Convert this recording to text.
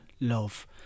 love